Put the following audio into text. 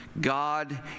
God